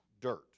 Dirt